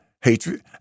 hatred